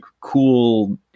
cool